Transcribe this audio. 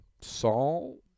Saul